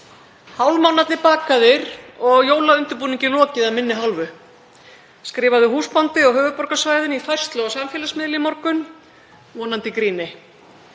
„Hálfmánarnir bakaðir og jólaundirbúningi lokið af minni hálfu“, skrifaði húsbóndi á höfuðborgarsvæðinu í færslu á samfélagsmiðli í morgun, vonandi í gríni.